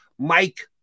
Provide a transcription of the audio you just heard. Mike